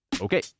Okay